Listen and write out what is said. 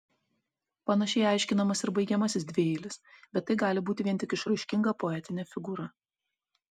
panašiai aiškinamas ir baigiamasis dvieilis bet tai gali būti vien tik išraiškinga poetinė figūra